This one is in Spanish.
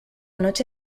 noche